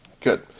Good